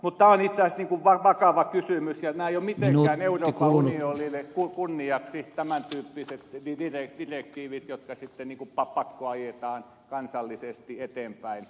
mutta tämä on itse asiassa vakava kysymys ja nämä eivät ole euroopan unionille mitenkään kunniaksi tämäntyyppiset direktiivit jotka sitten pakkoajetaan kansallisesti eteenpäin